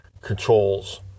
controls